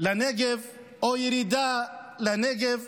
לנגב או ירידה לנגב,